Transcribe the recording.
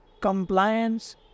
compliance